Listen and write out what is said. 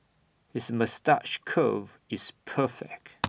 his moustache curl is perfect